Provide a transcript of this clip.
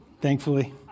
thankfully